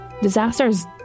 Disasters